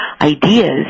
ideas